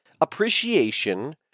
appreciation